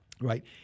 Right